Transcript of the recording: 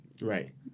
Right